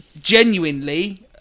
genuinely